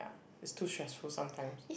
ya is too stressful sometimes